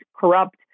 corrupt